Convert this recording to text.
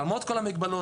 למרות כל המגבלות,